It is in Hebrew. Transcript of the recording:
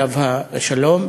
עליהם השלום.